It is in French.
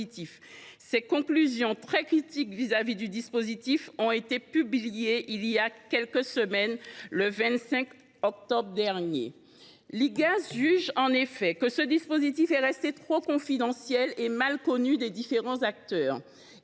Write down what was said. Ses conclusions, très critiques vis à vis de celui ci, ont été publiées il y a seulement quelques jours, le 25 octobre dernier. L’Igas juge en effet que ce dispositif est resté trop confidentiel et mal connu des différents acteurs.